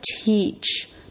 teach